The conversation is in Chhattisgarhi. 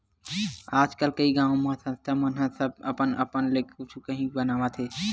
आजकल कइ गाँव म संस्था मन ह सब अपन अपन ले कुछु काही बनावत हे